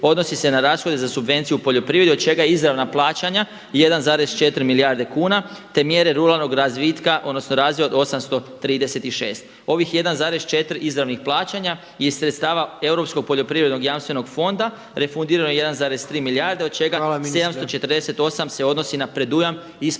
odnosi se na rashode za subvenciju u poljoprivredi od čega izravna plaćanja 1,4 milijarde kuna te mjere ruralnog razvitka odnosno razvoja od 836. Ovih 1,4 izravnih plaćanja iz sredstava Europskog poljoprivrednog jamstvenog fonda refundirano je 1,3 milijarde od čega 748 se odnosi na predujam isplaćen